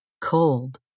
cold